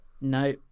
No